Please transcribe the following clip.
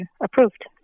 approved